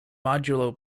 modulo